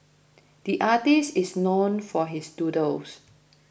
the artist is known for his doodles